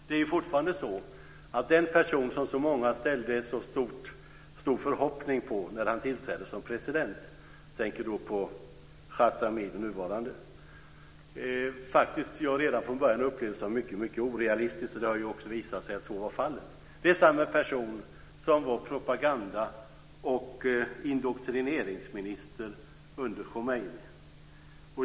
Det är ju fortfarande så att det finns en person som många haft en stor förhoppning på som president. Jag tänker då på Khatami, den nuvarande presidenten. Jag upplevde faktiskt detta redan från början som mycket orealistiskt. Det har också visat sig att så var fallet. Det är samma person som var propagandaoch indoktrineringsminister under Khomeini.